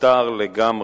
מיותר לגמרי.